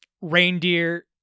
reindeer